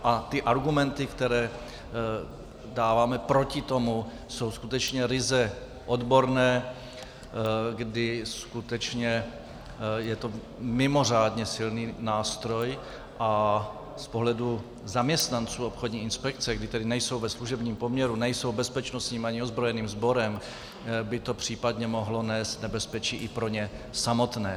A ty argumenty, které dáváme proti tomu, jsou skutečně ryze odborné, kdy skutečně je to mimořádně silný nástroj a z pohledu zaměstnanců České obchodní inspekce, kdy tedy nejsou ve služebním poměru, nejsou bezpečnostním ani ozbrojeným sborem, by to případně mohlo nést nebezpečí i pro ně samotné.